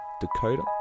Dakota